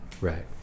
Right